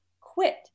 quit